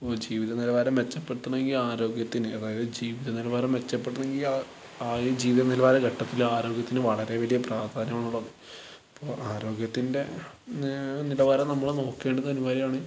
ഇപ്പോൾ ജീവിത നിലവാരം മെച്ചപ്പെടുത്തണമെങ്കില് ആരോഗ്യത്തിന് അതായത് ജീവിതനിലവാരം മെച്ചപ്പെടുത്തണമെങ്കിൽ ആ ആ ഒരു ജീവിത നിലവാര ഘട്ടത്തിൽ ആരോഗ്യത്തിന് വളരെ വലിയ പ്രാധാന്യമാണുള്ളതാണ് അപ്പോൾ ആരോഗ്യത്തിന്റെ നിലവാരം നമ്മള് നോക്കേണ്ടത് അനിവാര്യമാണ്